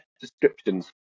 descriptions